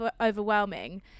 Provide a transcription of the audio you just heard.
overwhelming